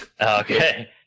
Okay